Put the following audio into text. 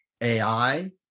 AI